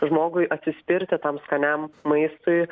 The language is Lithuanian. žmogui atsispirti tam skaniam maistui